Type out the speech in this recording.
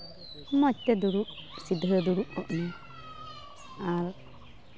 ᱢᱚᱡᱽ ᱛᱮ ᱫᱩᱲᱩᱵ ᱥᱤᱫᱷᱟᱹ ᱫᱩᱲᱩᱵ ᱠᱚᱜ ᱢᱮ ᱟᱨ